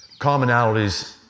commonalities